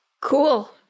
Cool